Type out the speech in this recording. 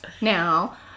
now